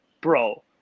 bro